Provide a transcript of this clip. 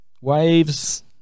Waves